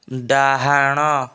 ଡାହାଣ